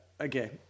Okay